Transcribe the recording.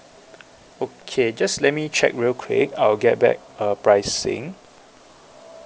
okay just let me check real quick I'll get back a pricing